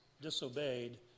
disobeyed